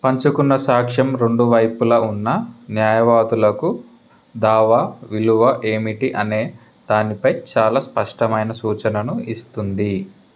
పంచుకున్న సాక్ష్యం రెండు వైపులా ఉన్న న్యాయవాదులకు దావా విలువ ఏమిటి అనే దానిపై చాలా స్పష్టమైన సూచనను ఇస్తుంది